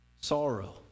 Sorrow